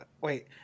Wait